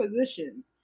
position